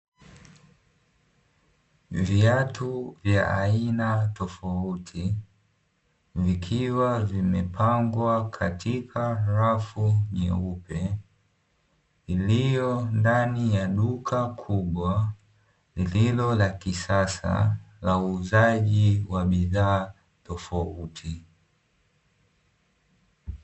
Viatu vya aina tofauti, vikiwa vimepangwa katika rafu nyeupe , iliyondani ya duka kubwa , lililo la kisasa la uuzaji wa bidhaa tofauti.